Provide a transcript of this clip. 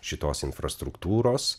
šitos infrastruktūros